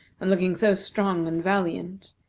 and looking so strong and valiant,